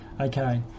Okay